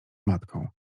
matką